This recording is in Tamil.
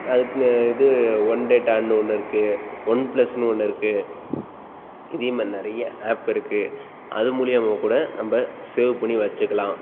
அதுக்ன இது ஒன் டேட்டான்னு ஒன்னு இருக்குது ஒன் ப்ளஸ்ஸுன்னு ஒன்று இருக்குது இதே மாதிரி நிறைய ஆப் இருக்குது அது மூலிமா கூட நம்ம சேவ் பண்ணி வெச்சுக்கலாம்